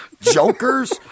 Jokers